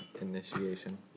Initiation